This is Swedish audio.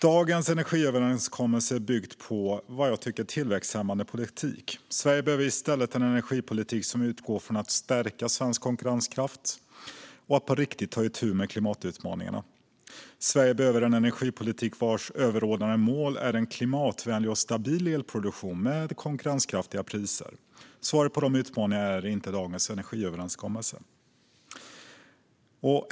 Dagens energiöverenskommelse är byggd på tillväxthämmande politik. Sverige behöver i stället en energipolitik som utgår från att stärka svensk konkurrenskraft och att på riktigt ta itu med klimatutmaningarna. Sverige behöver en energipolitik vars överordnade mål är en klimatvänlig och stabil elproduktion med konkurrenskraftiga priser. Svaret på de utmaningarna är inte dagens energiöverenskommelse.